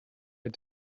had